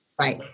Right